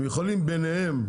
הם יכולים ביניהם,